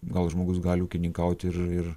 gal žmogus gali ūkininkauti ir ir